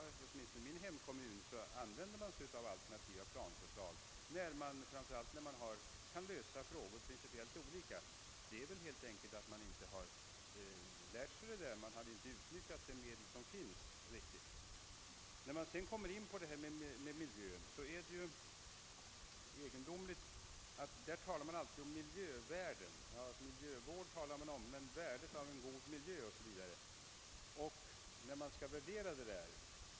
I min hemkommun utarbetas också alternativa planförslag framför allt i de fall då man kan lösa frågor principiellt olika. Att så inte sker överallt beror väl helt enkelt på att man ännu inte lärt sig detta; man utnyttjar inte de medel som finns. Man talar alltid om miljövärden — värdet av en god miljö o.s.v. Det är emellertid svårt att värdera miljön i pengar.